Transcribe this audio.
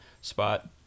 spot